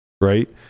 right